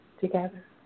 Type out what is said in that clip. together